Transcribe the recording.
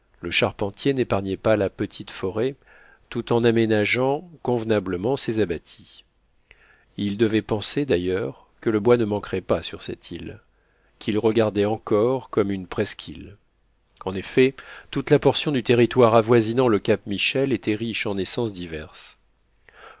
le charpentier n'épargnait pas la petite forêt tout en aménageant convenablement ses abatis il devait penser d'ailleurs que le bois ne manquerait pas sur cette île qu'il regardait encore comme une presqu'île en effet toute la portion du territoire avoisinant le cap michel était riche en essences diverses